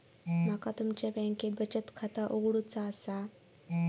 माका तुमच्या बँकेत बचत खाता उघडूचा असा?